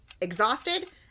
exhausted